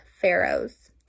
pharaohs